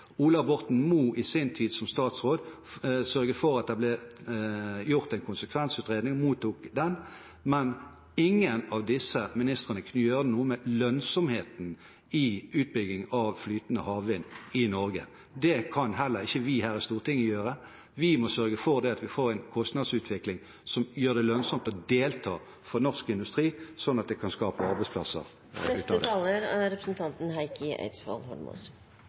Ola Borten Moe i sin tid som statsråd sørget for at det ble gjort en konsekvensutredning og mottok den, men ingen av disse ministrene kunne gjøre noe med lønnsomheten i utbygging av flytende havvind i Norge. Det kan heller ikke vi her i Stortinget gjøre. Vi må sørge for at vi får en kostnadsutvikling som gjør det lønnsomt å delta for norsk industri, sånn at det kan skapes arbeidsplasser.